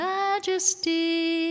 majesty